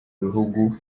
bihugu